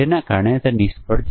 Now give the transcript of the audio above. તો ચાલો હું તે દોરું